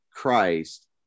Christ